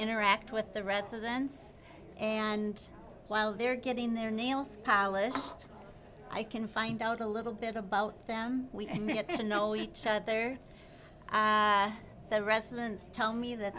interact with the residents and while they're getting their nails polished i can find out a little bit about them we know each other the residents tell me that